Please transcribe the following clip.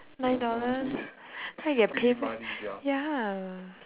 nine dollars then I get paid meh ya